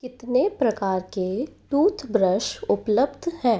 कितने प्रकार के टूथ ब्रश उपलब्ध हैं